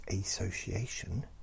Association